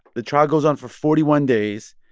the trial goes on for forty one days.